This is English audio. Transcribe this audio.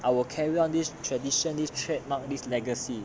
I will carry on this tradition this trademark this legacy